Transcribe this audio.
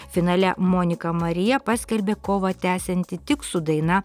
finale monika marija paskelbė kovą tęsianti tik su daina